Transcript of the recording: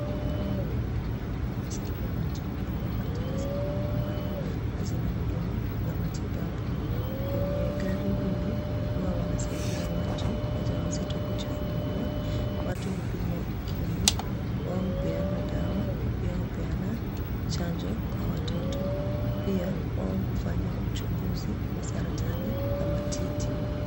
Huu ni mradi unaosaidia watu walio katika sehemu ambazo hazina huduma za matibabu. Kwenye gari hili, huwa wanasaidia watu wajawazito kujifungua, watu hupimwa ukimwi, wao hupeana dawa na pia hupeana chanjo kwa watoto. Pia wao hufanya uchunguzi wa saratani ya matiti.